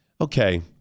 okay